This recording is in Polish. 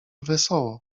wesoło